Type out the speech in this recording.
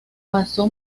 pasó